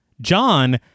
John